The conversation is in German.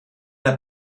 der